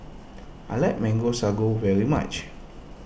I like Mango Sago very much